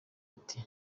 ati